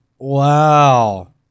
wow